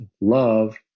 love